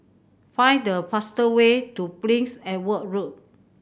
find the fastest way to Prince Edward Road